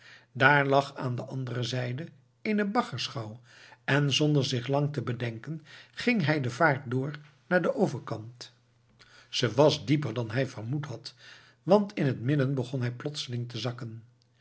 daar lag aan de andere zijde eene baggerschouw en zonder zich lang te bedenken ging hij de vaart door naar den overkant ze was dieper dan hij vermoed had want in het midden begon hij plotseling te zakken